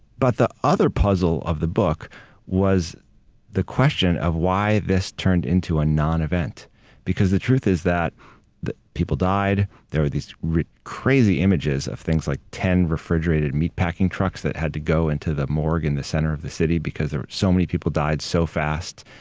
but the other puzzle of the book was the question of why this turned into a nonevent nonevent because the truth is that the people died. there were these crazy images of things like ten refrigerated meat packing trucks that had to go into the morgue in the center of the city because there were so many people died so fast.